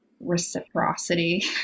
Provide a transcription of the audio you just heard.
reciprocity